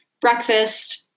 breakfast